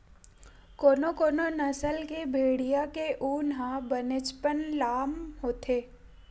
कोनो कोनो नसल के भेड़िया के ऊन ह बनेचपन लाम होथे